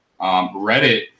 reddit